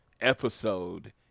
episode